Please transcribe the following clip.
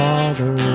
Father